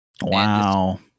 Wow